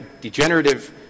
degenerative